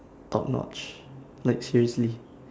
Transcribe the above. top notch like seriously